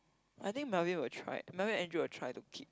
I think Melvin will try Melvin or Andrew will try to keep